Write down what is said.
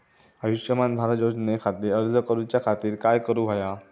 आयुष्यमान भारत योजने खातिर अर्ज करूच्या खातिर काय करुक होया?